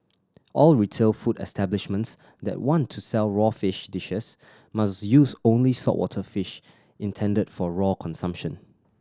all retail food establishments that want to sell raw fish dishes must use only saltwater fish intended for raw consumption